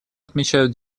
отмечают